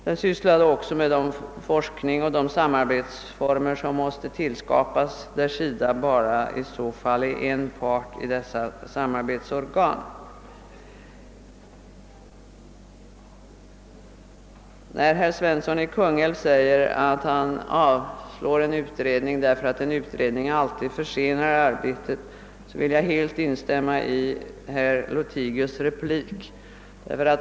Den skulle också syssla med den forskning och de samarbetsformer som borde tillskapas, där SIDA i så fall bara är en part i dessa samarbetsorgan. När herr Svensson i Kungälv sedan säger att han går emot en utredning, därför att en utredning alltid försenar arbetet, så vill jag helt instämma i herr Lothigius” replik.